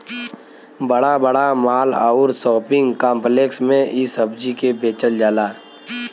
बड़ा बड़ा माल आउर शोपिंग काम्प्लेक्स में इ सब्जी के बेचल जाला